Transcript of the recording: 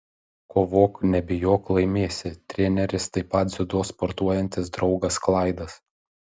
kovok nebijok laimėsi treneris taip pat dziudo sportuojantis draugas klaidas